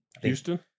houston